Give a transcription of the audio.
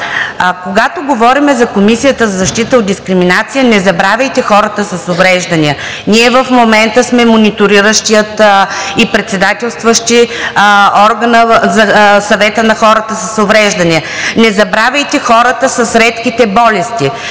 когато говорим за Комисията за защита от дискриминация – не забравяйте хората с увреждания. Ние в момента сме мониториращият и председателстващ орган на Съвета за хората с увреждания. Не забравяйте хората с редките болести.